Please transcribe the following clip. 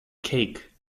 cake